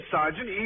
Sergeant